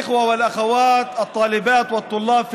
(אומר דברים בשפה